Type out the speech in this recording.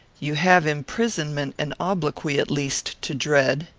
you have imprisonment and obloquy, at least, to dread.